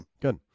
good